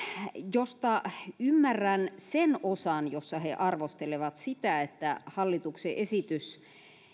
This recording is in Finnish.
josta ymmärrän sen osan jossa he arvostelevat sitä että hallituksen esitys